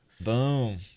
Boom